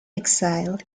exile